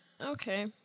Okay